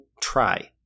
try